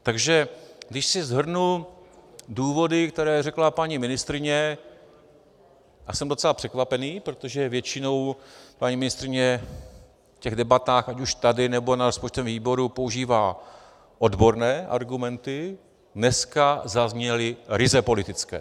Takže když si shrnu důvody, které řekla paní ministryně, já jsem docela překvapen, protože většinou paní ministryně v těch debatách ať už tady, nebo na rozpočtovém výboru používá odborné argumenty, dneska zazněly ryze politické.